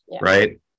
right